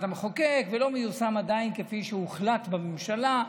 המחוקק ולא מיושם עדיין כפי שהוחלט בממשלה.